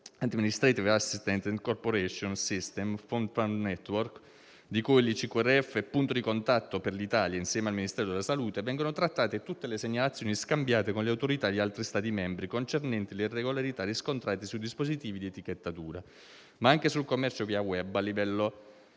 Administrative assistance and cooperation system (AAC) e Food fraud network (FF), di cui I'ICQRF è punto di contatto per l'Italia insieme al Ministero della salute, vengono trattate le segnalazioni scambiate con le autorità di altri Stati membri concernenti le irregolarità riscontrate sui dispositivi di etichettatura. Anche sul commercio via *web* a livello